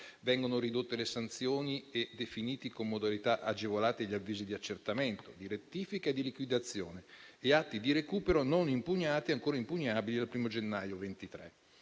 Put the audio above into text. vengono ridotte le sanzioni e definiti, con modalità agevolate, gli avvisi di accertamento, di rettifica e di liquidazione e atti di recupero non impugnati e ancora impugnabili al 1°gennaio 2023.